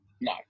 No